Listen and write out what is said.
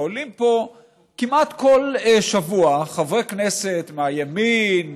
ועולים פה כמעט כל שבוע חברי כנסת מהימין,